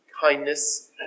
kindness